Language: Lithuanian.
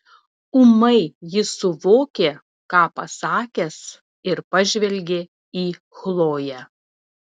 ūmai jis suvokė ką pasakęs ir pažvelgė į chloję